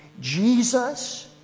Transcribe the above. Jesus